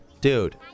Dude